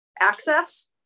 access